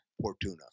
Fortuna